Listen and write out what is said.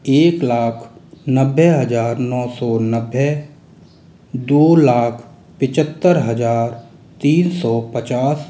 एक लाख नब्बे हज़ार नौ सौ नब्बे दो लाख पचहत्तर हज़ार तीन सौ पचास